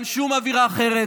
אין שום אווירה אחרת,